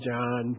John